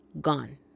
gone